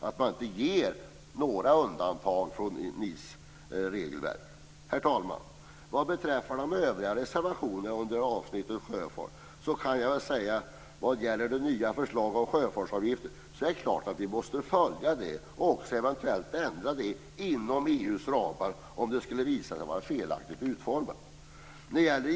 Man skall inte ge några undantag från EES Herr talman! Vad beträffar de övriga reservationerna under avsnittet sjöfart vill jag säga att det är klart att vi måste följa det nya förslaget om sjöfartsavgifter och också eventuellt ändra det inom EU:s ramar om det skulle visa sig vara felaktigt utformat.